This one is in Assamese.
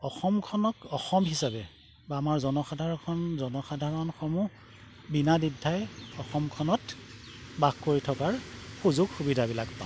অসমখনক অসম হিচাপে বা আমাৰ জনসাধাৰখন জনসাধাৰণসমূহ বিনা দ্বিধাই অসমখনত বাস কৰি থকাৰ সুযোগ সুবিধাবিলাক পাব